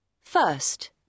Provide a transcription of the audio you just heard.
first